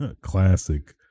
classic